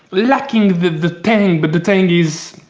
lacking the the tang, but the tang is.